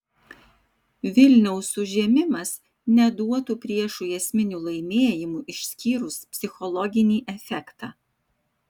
vilniaus užėmimas neduotų priešui esminių laimėjimų išskyrus psichologinį efektą